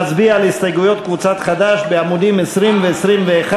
נצביע על הסתייגויות קבוצת חד"ש בעמוד 20 ו-21.